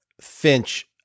Finch